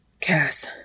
Cass